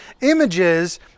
images